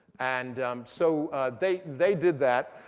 and um so they they did that.